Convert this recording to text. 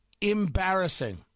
embarrassing